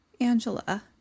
Angela